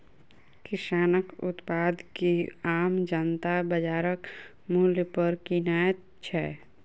किसानक उत्पाद के आम जनता बाजारक मूल्य पर किनैत छै